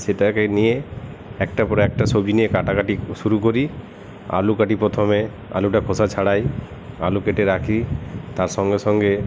সেটাকে নিয়ে একটার পর একটা সবজি নিয়ে কাটাকাটি শুরু করি আলু কাটি প্রথমে আলুটার খোসা ছাড়াই আলু কেটে রাখি তার সঙ্গে সঙ্গে